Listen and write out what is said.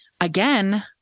again